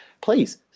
please